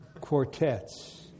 quartets